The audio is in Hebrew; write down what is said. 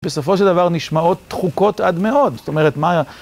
בסופו של דבר נשמעות דחוקות עד מאוד, זאת אומרת מה...